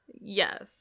Yes